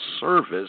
service